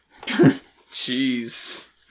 Jeez